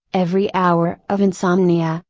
every hour of insomnia,